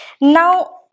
Now